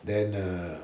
then err